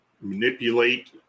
manipulate